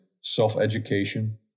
self-education